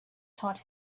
taught